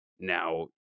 Now